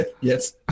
yes